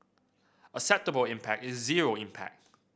acceptable impact is zero impact